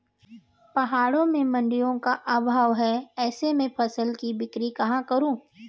पहाड़ों में मडिंयों का अभाव है ऐसे में फसल की बिक्री कहाँ करूँ?